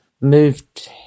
moved